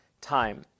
time